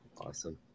Awesome